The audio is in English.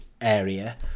area